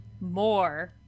more